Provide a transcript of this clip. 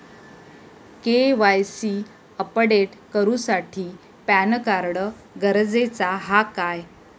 KYC update करूसाठी PAN card गरजेचा हा काय?